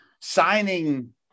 signing